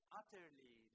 utterly